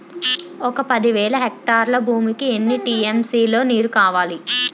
ఒక పది వేల హెక్టార్ల భూమికి ఎన్ని టీ.ఎం.సీ లో నీరు కావాలి?